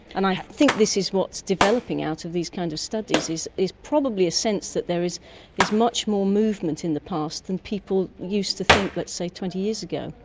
and i think this is what's developing out of these kinds of studies is is probably a sense that there is is much more movement in the past that people used to think, let's say, twenty years ago.